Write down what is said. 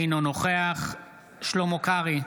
אינו נוכח שלמה קרעי,